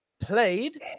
played